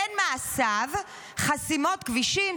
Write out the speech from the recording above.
"בין מעשיו: חסימות כבישים,